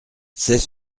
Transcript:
c’est